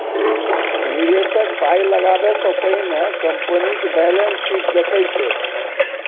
निबेशक पाइ लगाबै सँ पहिने कंपनीक बैलेंस शीट देखै छै